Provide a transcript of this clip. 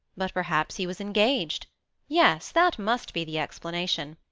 but perhaps he was engaged yes, that must be the explanation.